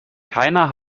keiner